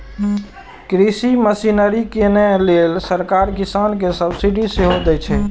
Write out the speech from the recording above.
कृषि मशीनरी कीनै लेल सरकार किसान कें सब्सिडी सेहो दैत छैक